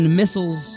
missiles